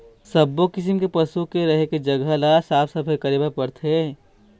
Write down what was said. सब्बो किसम के पशु के रहें के जघा ल साफ सफई करे बर परथे